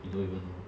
we don't even know